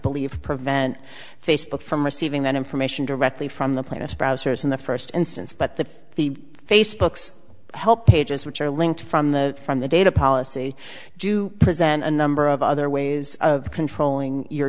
believe prevent facebook from receiving that information directly from the planet's browsers in the first instance but the the facebook's help pages which are linked from the from the data policy do present a number of other ways of controlling your